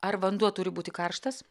ar vanduo turi būti karštas